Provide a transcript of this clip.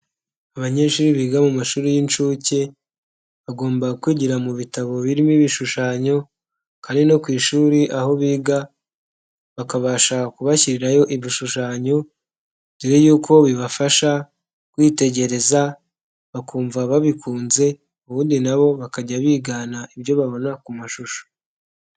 Abanyeshuri biga mu mashuri y'inshuke, bagomba kwigira mu bitabo birimo ibishushanyo kandi no ku ishuri aho biga bakabasha kubashyirirayo ibishushanyo, dore y'uko bibafasha kwitegereza ,bakumva babikunze ubundi na bo bakajya bigana ibyo babona ku mashusho.